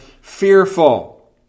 fearful